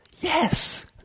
Yes